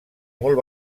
molt